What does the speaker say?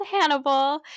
Hannibal